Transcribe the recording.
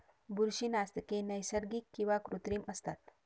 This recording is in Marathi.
बुरशीनाशके नैसर्गिक किंवा कृत्रिम असतात